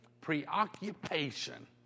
preoccupation